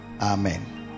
Amen